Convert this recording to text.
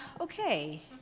okay